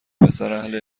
پسراهل